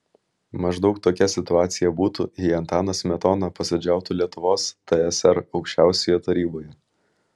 maždaug tokia situacija būtų jei antanas smetona posėdžiautų lietuvos tsr aukščiausioje taryboje